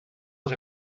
les